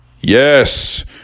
yes